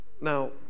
Now